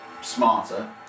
smarter